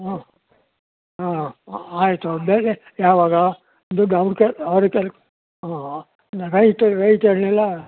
ಹಾಂ ಹಾಂ ಆಯಿತು ಬೇರೆ ಯಾವಾಗ ದುಡ್ಡು ಅವ್ರ ಕೈಲಿ ಅವ್ರ ಕೈಲಿ ಹಾಂ ರೈತ ರೈತರನ್ನೆಲ್ಲ